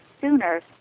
sooner